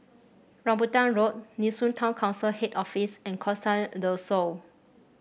Rambutan Road Nee Soon Town Council Head Office and Costa Del Sol